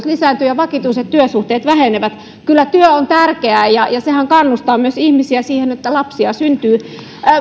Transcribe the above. lisääntyy ja vakituiset työsuhteet vähenevät kyllä työ on tärkeää ja sehän myös kannustaa ihmisiä siihen että lapsia syntyy